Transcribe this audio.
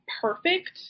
perfect